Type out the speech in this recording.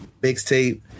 mixtape